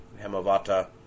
Hemavata